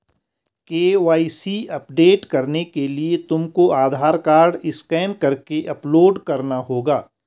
KYC update करने के लिए तुमको आधार कार्ड स्कैन करके अपलोड करना होगा